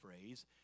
phrase